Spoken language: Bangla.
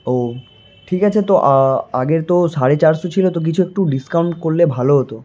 ও ঠিক আছে তো আগের তো সাড়ে চারশো ছিল তো কিছু একটু ডিসকাউন্ট করলে ভালো হতো